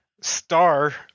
star